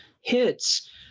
hits